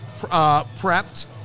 prepped